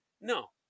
No